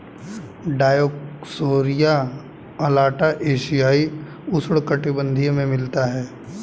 Dioscorea alata एशियाई उष्णकटिबंधीय में मिलता है